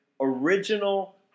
original